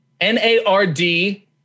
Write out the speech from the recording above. N-A-R-D